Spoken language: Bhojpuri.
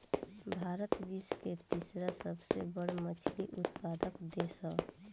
भारत विश्व के तीसरा सबसे बड़ मछली उत्पादक देश ह